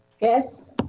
Yes